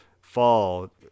fall